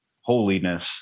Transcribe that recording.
holiness